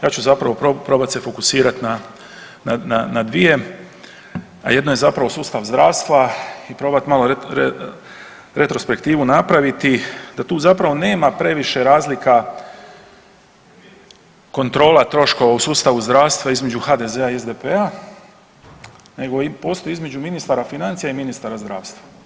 Ja ću zapravo probat se fokusirat na, na, na dvije, a jedno je zapravo sustav zdravstva i probat malo retrospektivu napraviti da tu zapravo nema previše razlika kontrola troškova u sustavu zdravstva između HDZ-a i SDP-a nego postoji između ministara financija i ministara zdravstva.